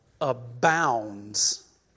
abounds